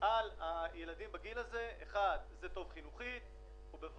על הילדים בגיל הזה הוא טוב חינוכית וגם